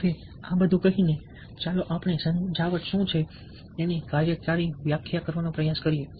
હવે આ બધું કહીને ચાલો આપણે સમજાવટ શું છે તેની કાર્યકારી વ્યાખ્યા કરવાનો પ્રયાસ કરીએ